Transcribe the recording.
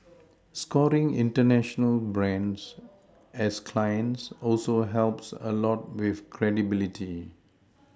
scoring international brands as clients also helps a lot with credibility